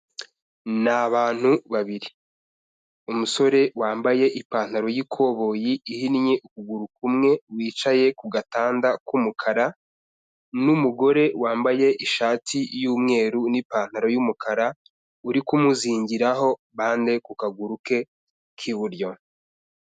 Ni abantu babiri, umusore wambaye ipantaro y'ikoboyi ihinnye ukuguru kumwe, wicaye ku gatanda k'umukara n'umugore wambaye ishati y'umweru n'ipantaro y'umukara, uri kumuzingiraho bande ku kaguru ke k'iburyo.